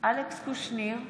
אלכס קושניר,